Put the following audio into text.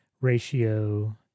ratio